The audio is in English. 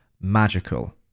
magical